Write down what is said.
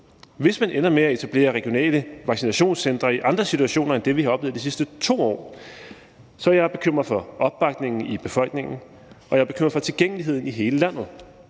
Hvis man ender med at etablere regionale vaccinationscentre i andre situationer end det, som vi har oplevet i de sidste 2 år, så er jeg bekymret for opbakningen i befolkningen, og jeg er bekymret for tilgængeligheden i hele landet.